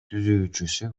түзүүчүсү